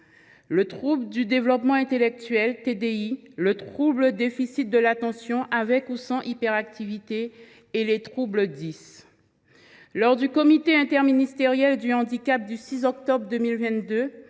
le trouble du développement intellectuel, le trouble de déficit de l’attention avec ou sans hyperactivité et les troubles dys. Lors du comité interministériel du handicap du 6 octobre 2022,